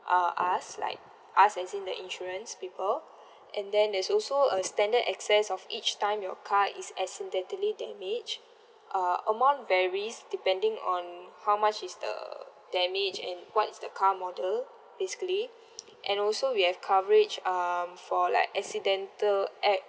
uh us like us as in the insurance people and then there's also a standard excess of each time your car is accidentally damaged uh amount varies depending on how much is the damage and what is the car model basically and also we have coverage um for like accidental ac~